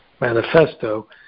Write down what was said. Manifesto